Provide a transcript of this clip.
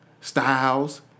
Styles